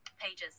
Pages